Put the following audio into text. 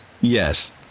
Yes